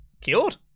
cured